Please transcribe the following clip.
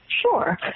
Sure